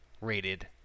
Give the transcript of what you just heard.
rated